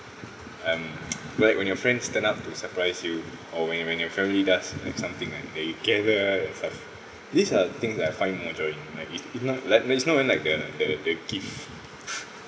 I'm like when your friends turn up to surprise you or when you when your family does like something like then you gather and stuff these are the things I find more enjoying like it's it's not like it's not when like the the the gift